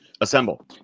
assemble